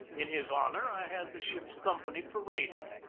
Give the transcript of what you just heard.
in his honor i had the ship's company paraded.